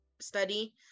study